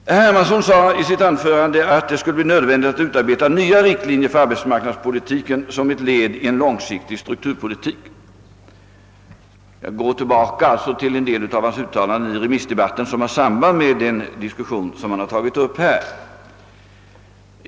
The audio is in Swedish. Herr Hermansson framhöll i sitt anförande att det skulle bli nödvändigt att utarbeta nya riktlinjer för arbetsmarknadspolitiken som ett led i en långsiktig strukturpolitik. Jag återvänder därför till en del av herr Hermanssons uttalanden i remissdebatten, vilka har samband med den diskussion han tagit upp nu.